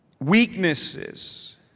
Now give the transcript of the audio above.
Weaknesses